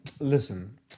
Listen